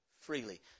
freely